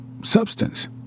substance